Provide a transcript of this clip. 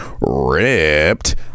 ripped